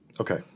Okay